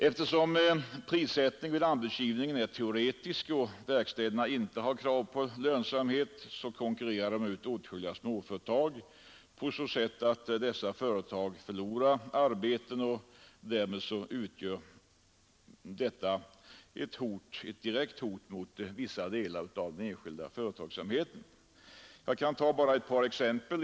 Eftersom prissättningen vid anbudsgivningen är teoretisk och verk städerna inte har krav på lönsamhet konkurrerar de ut åtskilliga småföretag, så att dessa förlorar arbeten. Därmed utgör de ett direkt hot mot vissa delar av den enskilda företagsamheten. Jag skall här ta ett par exempel.